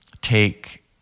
take